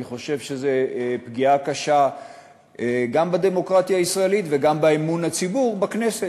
אני חושב שזו פגיעה קשה גם בדמוקרטיה הישראלית וגם באמון הציבור בכנסת,